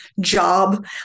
job